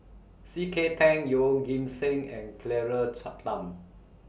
C K Tang Yeoh Ghim Seng and Claire Tham